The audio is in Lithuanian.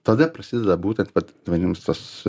tada prasideda būtent vat vadinamas tas